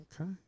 Okay